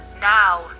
Now